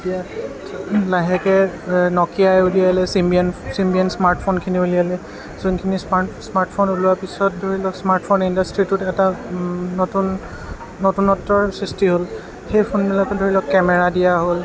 লাহেকে নকিয়াই উলিয়ালে চিমিয়ান চিমিয়ান স্মাৰ্ট ফোনচখিনি উলিয়ালে যোনখিনি স্মাৰ্ট স্মাৰ্ট ফোন উলিওৱাৰ পিছত ধৰি লওঁক স্মাৰ্ট ফোন ইণ্ডাষ্ট্ৰিটোত এটা নতুনত্বৰ সৃষ্টি হ'ল সেই ফোনবিলাকতো ধৰি লওঁক কেমেৰা দিয়া হ'ল